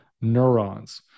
neurons